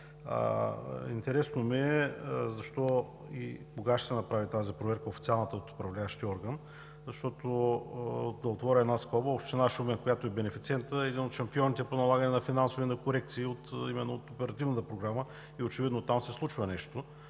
Интересно ми е защо и кога ще се направи тази официална проверка от Управляващия орган, защото – да отворя една скоба, община Шумен, която е бенефициент, е един от шампионите по налагане на финансови корекции именно от Оперативната програма. Очевидно там се случва нещо